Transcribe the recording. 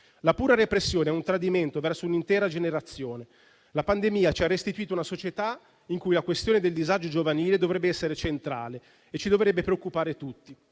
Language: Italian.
La pura repressione è un tradimento verso un'intera generazione. La pandemia ci ha restituito una società in cui la questione del disagio giovanile dovrebbe essere centrale e ci dovrebbe preoccupare tutti,